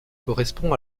correspond